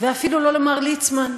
ואפילו לא למר ליצמן,